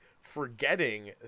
forgetting